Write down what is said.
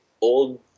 old